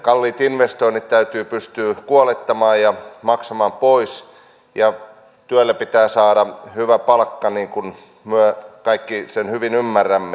kalliit investoinnit täytyy pystyä kuolettamaan ja maksamaan pois ja työlle pitää saada hyvä palkka niin kuin me kaikki sen hyvin ymmärrämme